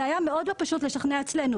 היה מאוד לא פשוט לשכנע אצלנו.